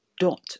dot